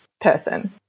person